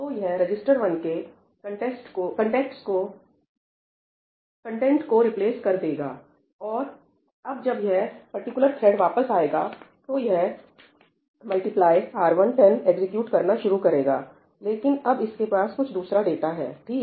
तो यह register one के कंटेंट्स को रिप्लेस कर देगा और अब जब यह पर्टिकुलर थ्रेड वापस आएगा तो यह 'मल्टीप्लाई R110' एग्जीक्यूट करना शुरू करेगा लेकिन अब इसके पास कुछ दूसरा डाटा है ठीक